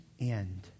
end